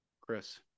Chris